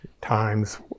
times